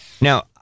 Now